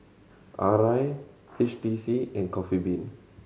Arai H T C and Coffee Bean